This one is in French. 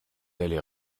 allez